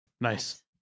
Nice